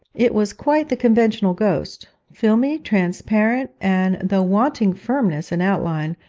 it was quite the conventional ghost, filmy, transparent, and, though wanting firmness in outline,